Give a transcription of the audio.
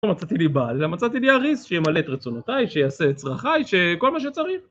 לא מצאתי לי בעל, מצאתי לי אריס שימלא את רצונותיי, שיעשה צרכיי, שכל מה שצריך